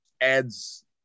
adds